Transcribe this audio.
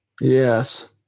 Yes